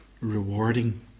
rewarding